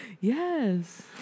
Yes